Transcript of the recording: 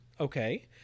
Okay